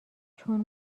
چون